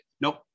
nope